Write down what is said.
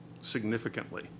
significantly